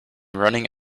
running